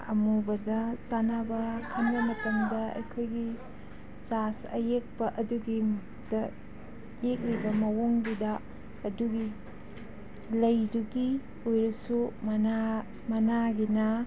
ꯑꯃꯨꯕꯗ ꯆꯥꯟꯅꯕ ꯈꯟꯕ ꯃꯇꯝꯗ ꯑꯩꯈꯣꯏꯒꯤ ꯑꯌꯦꯛꯄ ꯑꯗꯨꯒꯤꯗ ꯌꯦꯛꯂꯤꯕ ꯃꯑꯣꯡꯗꯨꯗ ꯑꯗꯨꯒꯤ ꯂꯩꯗꯨꯒꯤ ꯑꯣꯏꯔꯁꯨ ꯃꯅꯥ ꯃꯅꯥꯒꯤꯅ